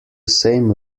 same